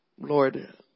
Lord